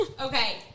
Okay